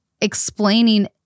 explaining